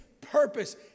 purpose